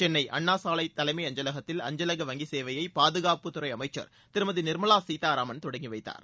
சென்னை அண்ணாசாலை தலைமை அஞ்சலகத்தில் அஞ்சலக வங்கி சேவையை பாதுணப்பு அமைச்சர் திருமதி நிர்மலா சீத்தாராமன் தொடங்கிவைத்தார்